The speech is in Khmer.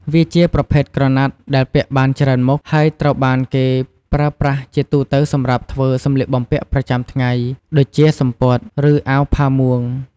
វាជាប្រភេទក្រណាត់ដែលពាក់បានច្រើនមុខ ហើយត្រូវបានគេប្រើប្រាស់ជាទូទៅសម្រាប់ធ្វើ សម្លៀកបំពាក់ប្រចាំថ្ងៃ ដូចជាសំពត់ ឬអាវផាមួង។